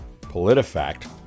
PolitiFact